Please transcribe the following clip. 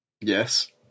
Yes